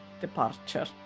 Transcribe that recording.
departure